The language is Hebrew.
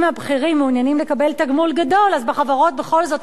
אם הבכירים מעוניינים לקבל תגמול גדול בחברות בכל זאת,